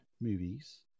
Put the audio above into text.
movies